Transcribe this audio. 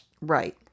Right